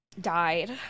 died